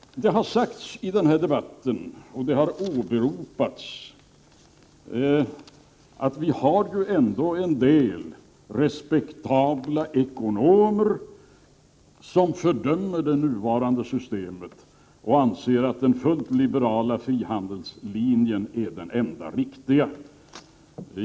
Det har i den här debatten åberopats att vi ju ändå har en del respektabla ekonomer som fördömer det nuvarande systemet och anser att den fullt liberala frihandelslinjen är den enda riktiga.